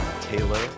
Taylor